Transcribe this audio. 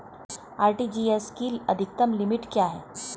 RTGS की अधिकतम limit क्या है?